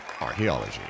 archaeology